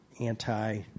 anti